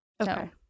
Okay